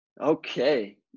Okay